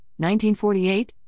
1948